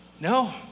No